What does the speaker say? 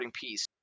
piece